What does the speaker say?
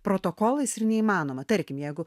protokolais ir neįmanoma tarkim jeigu